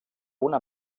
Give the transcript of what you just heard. una